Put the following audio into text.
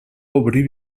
obrir